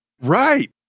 Right